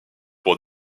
pour